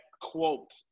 quote